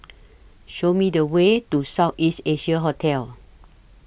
Show Me The Way to South East Asia Hotel